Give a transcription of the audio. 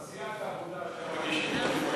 סיעת העבודה שמגישים,